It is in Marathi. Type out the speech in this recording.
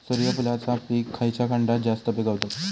सूर्यफूलाचा पीक खयच्या खंडात जास्त पिकवतत?